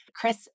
Chris